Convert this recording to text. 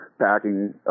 packing